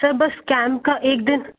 sir base camp का एक दिन